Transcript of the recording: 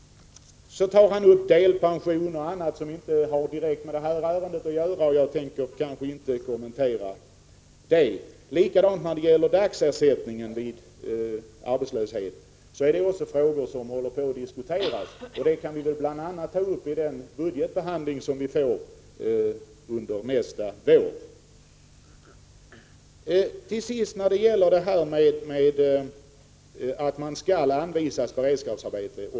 28 november 1985 Lars-Ove Hagberg tar upp delpension och annat som inte har direkt med detta ärende att göra, och jag skall inte kommentera det. Även dagsersätt Vore far ne T v ä z ä z E ningarna vid arbetslösningen vid arbetslöshet är en fråga som diskuteras, och den kan vi bl.a. ta Het upp i budgetbehandlingen nästa vår. Till sist till frågan om bestämmelsen att den som begär det skall anvisas beredskapsarbete.